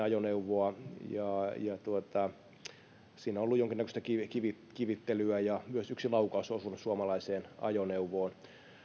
ajoneuvoa ja siinä on ollut jonkinnäköistä kivittelyä kivittelyä ja myös yksi laukaus osunut suomalaiseen ajoneuvoon